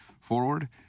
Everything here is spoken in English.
forward